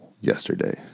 Yesterday